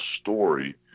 story